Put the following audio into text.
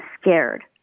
scared